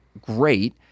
great